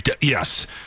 Yes